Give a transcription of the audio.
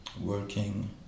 working